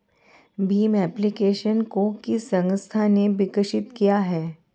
Bhim application को किस संस्था ने विकसित किया है?